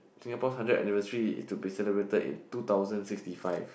Singapore hundred anniversary is to be celebrated in two thousand sixty five